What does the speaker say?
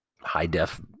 high-def